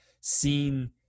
seen